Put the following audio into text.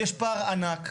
יש פער ענק,